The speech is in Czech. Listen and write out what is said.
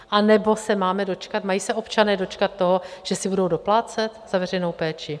Anebo se máme dočkat, mají se občané dočkat toho, že si budou doplácet za veřejnou péči?